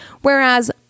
whereas